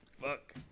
Fuck